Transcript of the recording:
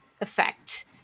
effect